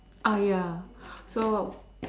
uh ya so